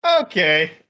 okay